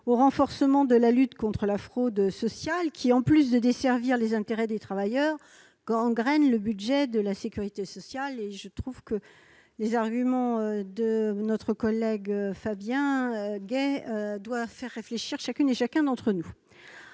au renforcement de la lutte contre la fraude sociale qui, en plus de desservir les intérêts des travailleurs, gangrène le budget de la sécurité sociale. À cet égard, les arguments de notre collègue Fabien Gay devraient faire réfléchir chacune et chacun d'entre nous.